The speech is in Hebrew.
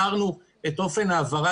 לשוטרים כדי שתראו את זה גם שחור על גבי לבן.